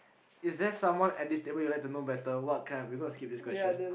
is there someone at this table you would like to know better what kind okay gonna skip this question